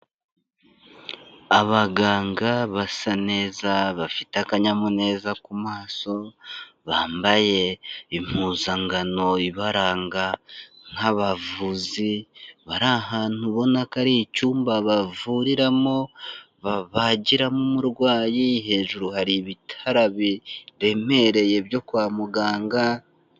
Abaganga basa neza bafite akanyamuneza ku maso, bambaye impuzankano ibaranga nk'abavuzi, bari ahantu ubona ko ari icyumba bavuriramo, babagiramo umurwayi, hejuru hari ibitara biremereye byo kwa muganga.